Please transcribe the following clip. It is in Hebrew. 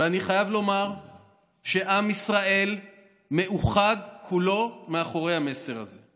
ואני חייב לומר שעם ישראל מאוחד כולו מאחורי המסר הזה.